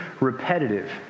repetitive